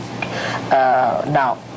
now